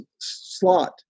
slot